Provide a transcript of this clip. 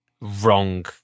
wrong